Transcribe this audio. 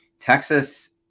Texas